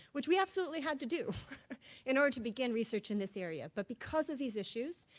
which we absolutely had to do in order to begin research in this area, but because of these issues,